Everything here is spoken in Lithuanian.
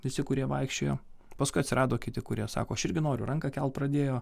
visi kurie vaikščiojo paskui atsirado kiti kurie sako aš irgi noriu ranką kelt pradėjo